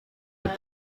with